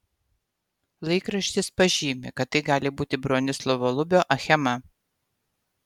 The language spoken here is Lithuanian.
laikraštis pažymi kad tai gali būti bronislovo lubio achema